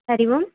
हरिः ओम्